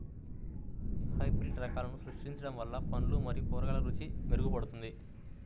hybrid రకాలను సృష్టించడం వల్ల పండ్లు మరియు కూరగాయల రుచి మెరుగుపడుతుంది